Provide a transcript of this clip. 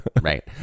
right